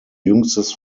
jüngstes